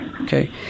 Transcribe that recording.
Okay